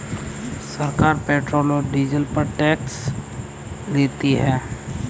सरकार पेट्रोल और डीजल पर टैक्स लेती है